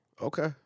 Okay